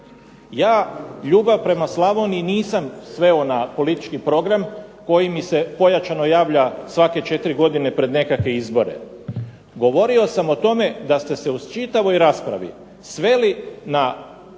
Ja ljubav prema Slavoniji nisam sveo na politički program, koji mi se pojačano javlja svake 4 godine pred nekakve izbore. Govorio sam o tome da ste se u čitavoj raspravi sveli na dijelove